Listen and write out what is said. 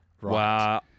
right